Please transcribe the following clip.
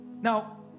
Now